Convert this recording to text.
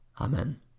Amen